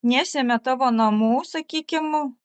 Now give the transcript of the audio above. nesemia tavo namų sakykim